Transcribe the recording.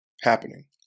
happening